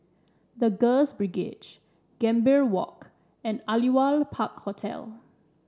The Girls Brigade Gambir Walk and Aliwal Park Hotel